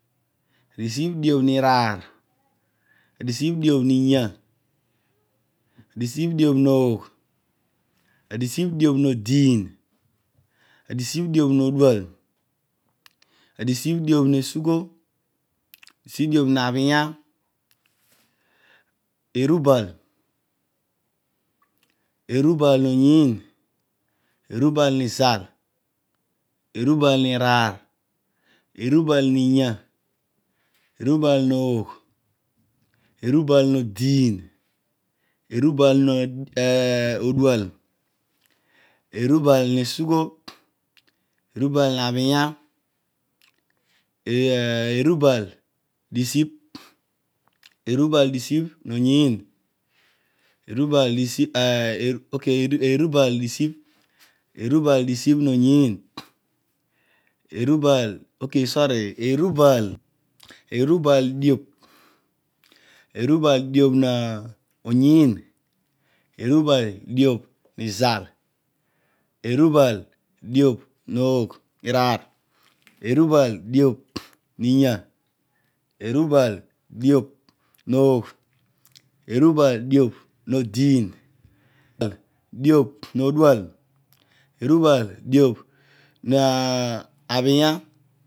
Adisibh diobh niiraar adisibh diobh niiy adisibh diobh noogh adisibh diobh nodiin adisibh dio noodual adisibh diobh needugh adiibh diobh naabhenya eruba erubal nooyiin erubal niizal erubal niiraar erubal niinya erubal noogh erubal noodiin erubal no odual erubal neesugho erubal nabhenya erubal disibh eruba disibh nooyiin erubal disibh nooyin okoy sorry erubal diobh erubal diobh